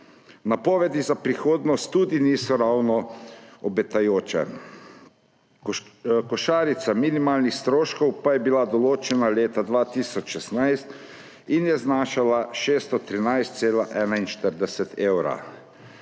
Napovedi za prihodnost tudi niso ravno obetajoče. Košarica minimalnih stroškov pa je bila določena leta 2016 in je znašala 613,41 evra.